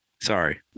sorry